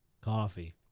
coffee